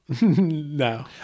No